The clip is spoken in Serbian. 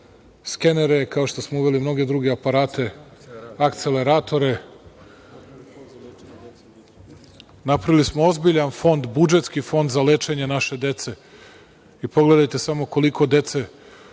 skenere, kao što smo uveli i mnoge druge aparate, akceleratore. Napravili smo ozbiljan fond, budžetski fond za lečenje naše dece. Pogledajte samo koliko dece